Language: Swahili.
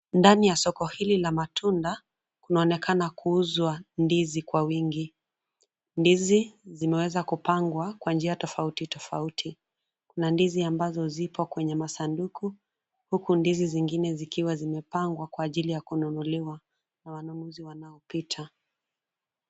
Ndani ya soko hili la matunda kunaonekana kuuzwa ndizi kwa wingi. Ndizi zimeweza kupangwa Kwa njia tofauti tofauti. Kuna ndizi ambazo ziko kwenye masanduku, huku ndizi zingine zikiwa zimepangwa kwa ajili ya kununuliwa na wanunuzi wanapita.